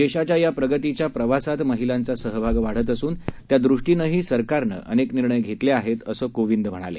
देशाच्या या प्रगतीच्या प्रवासात महिलांचा सहभाग वाढत असून त्यादृष्टीनंही सरकारनं अनेक निर्णय घेतले आहेत असं कोविंद म्हणाले